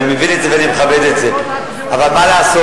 אני מבין את זה ואני מכבד את זה, אבל מה לעשות?